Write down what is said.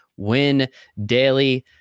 WINDAILY